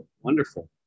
Wonderful